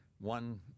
one